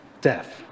death